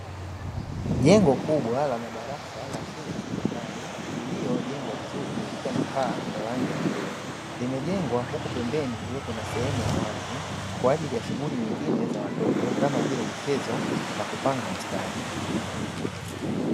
Jengo kubwa la madarasa la shule ya sekondari liliojengwa vizuri lililo likiwa na paa la rangi ya bluu, limejengwa huku pembeni kukiwa kuna sehemu ya wazi kwaajili ya shughuli nyingine za watoto kama vile michezo na kupanga mstari.